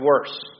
worse